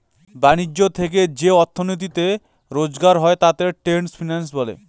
ব্যাণিজ্য থেকে যে অর্থনীতি রোজগার হয় তাকে ট্রেড ফিন্যান্স বলে